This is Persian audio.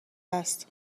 هست